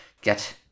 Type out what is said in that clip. get